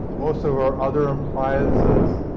most of our other appliances,